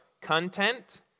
content